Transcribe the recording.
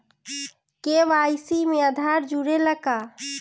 KYC में आधार जुड़े ला का?